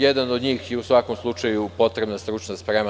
Jednom od njih je u svakom slučaju potrebna stručna sprema.